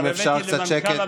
אם אפשר קצת שקט,